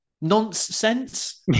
nonsense